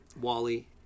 Wally